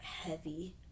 heavy